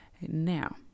Now